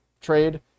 trade